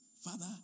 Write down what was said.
Father